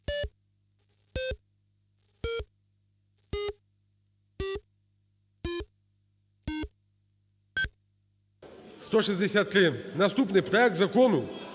Наступний: проект Закону